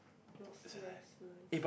I see I see